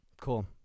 Cool